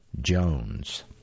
Jones